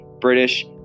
British